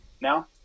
now